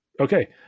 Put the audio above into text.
Okay